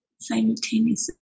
Simultaneously